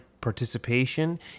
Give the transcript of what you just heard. participation